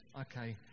okay